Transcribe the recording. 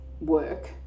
work